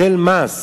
היטל מס,